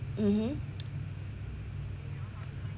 mmhmm